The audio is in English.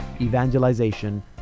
evangelization